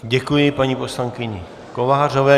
Děkuji paní poslankyni Kovářové.